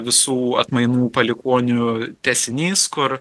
visų atmainų palikuonių tęsinys kur